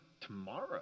tomorrow